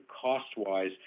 cost-wise